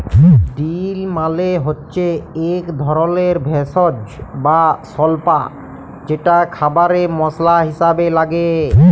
deal মালে হচ্যে এক ধরলের ভেষজ বা স্বল্পা যেটা খাবারে মসলা হিসেবে লাগে